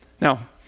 Now